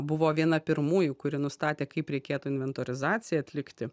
buvo viena pirmųjų kuri nustatė kaip reikėtų inventorizaciją atlikti